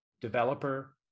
developer